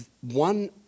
one